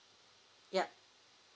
yup